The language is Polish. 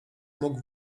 mógł